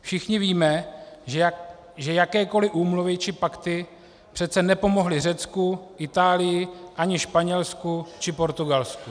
Všichni víme, že jakékoli úmluvy či pakty přece nepomohly Řecku, Itálii, ani Španělsku či Portugalsku.